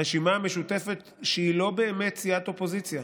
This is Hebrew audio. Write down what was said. הרשימה המשותפת, שהיא לא באמת סיעת אופוזיציה,